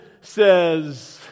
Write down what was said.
says